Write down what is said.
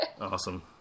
awesome